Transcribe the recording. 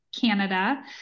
Canada